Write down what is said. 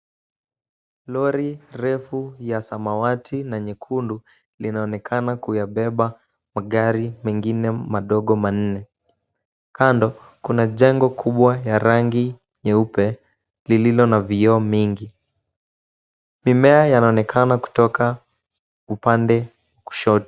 Lori refu ya samawati na nyekundu linaonekana kuyabeba magari mengine madogo manne. Kando kuna jengo kubwa ya rangi nyeupe lililo na vioo mingi. Mimea yanaonekana kutoka upande kushoto.